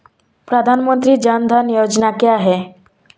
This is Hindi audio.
प्रधानमंत्री जन धन योजना क्या है?